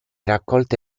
raccolta